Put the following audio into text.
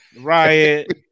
riot